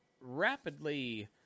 rapidly